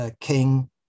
king